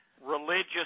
religious